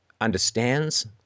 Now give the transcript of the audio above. understands